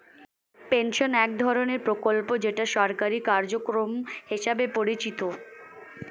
pension এক ধরনের প্রকল্প যেটা সরকারি কার্যক্রম হিসেবে পরিচিত